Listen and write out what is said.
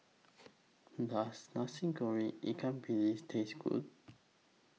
Does Nasi Goreng Ikan Bilis Taste Good